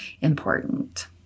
important